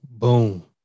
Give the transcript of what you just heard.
Boom